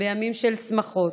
בימים של שמחות,